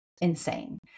insane